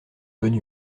bonne